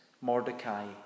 Mordecai